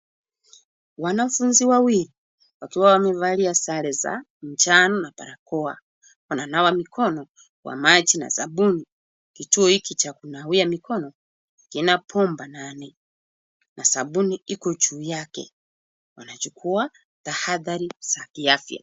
Wanafunzi wawili wakiwa wamevalia sare za njano na barakoa, wananawa mikono kwa maji na sabuni. Kituo hiki cha kunawia mikono kina bomba nane, na sabuni iko juu yake. Wanachukua tahadhari za kiafya.